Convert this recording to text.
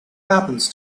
happens